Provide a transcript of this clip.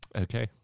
okay